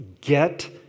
Get